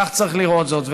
כך צריך לראות זאת.